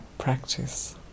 practice